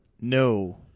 No